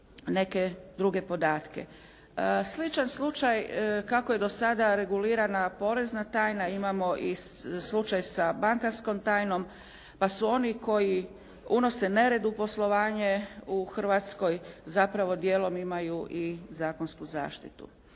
Sličan slučaj kako je do sada regulirana porezna tajna imamo i slučaj sa bankarskom tajnom pa su oni koji unose nered u poslovanje u Hrvatskoj zapravo dijelom imaju i zakonsku zaštitu.